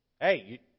Hey